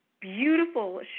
beautiful